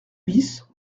bis